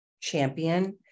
champion